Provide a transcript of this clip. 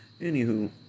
Anywho